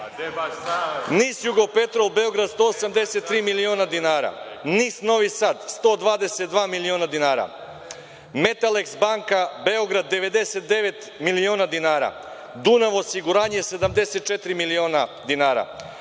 Jugopetrol Beograd 183 miliona dinara, NIS Novi Sad 122 miliona dinara, „Metaleks banka“ Beograd 99 miliona dinara, „Dunav osiguranje“ 74 miliona dinara,